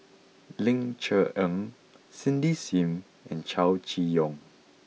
Ling Cher Eng Cindy Sim and Chow Chee Yong